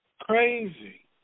crazy